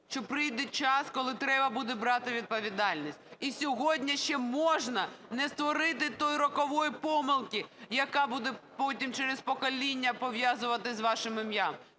прийде час, коли треба буде брати відповідальність, і сьогодні ще можна не створити тої рокової помилки, яка буде потім через покоління пов'язувати з вашим ім'ям.